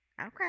okay